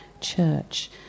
church